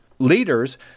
leaders